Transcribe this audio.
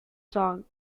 song